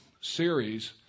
series